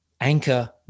anchor